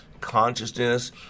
consciousness